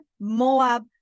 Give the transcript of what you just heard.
Moab